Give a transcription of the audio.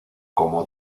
como